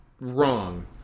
wrong